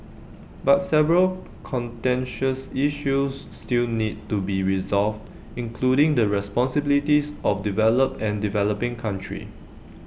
but several contentious issues still need to be resolved including the responsibilities of developed and developing countries